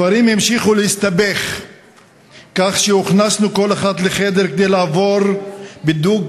הדברים המשיכו להסתבך כך שהוכנסנו כל אחת לחדר כדי לעבור בידוק,